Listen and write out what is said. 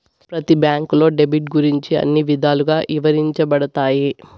ప్రతి బ్యాంకులో డెబిట్ గురించి అన్ని విధాలుగా ఇవరించబడతాయి